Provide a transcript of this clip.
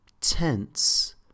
tense